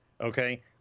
Okay